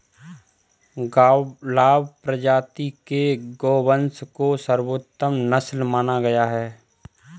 गावलाव प्रजाति के गोवंश को सर्वोत्तम नस्ल माना गया है